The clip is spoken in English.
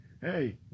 Hey